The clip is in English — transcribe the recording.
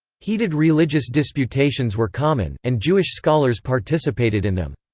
heated religious disputations were common, and jewish scholars participated in them.